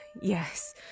yes